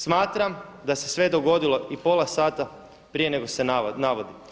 Smatram da se sve dogodilo i pola sada prije nego se navodi.